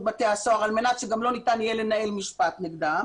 בתי הסוהר על מנת שגם לא ניתן יהיה לנהל משפט נגדם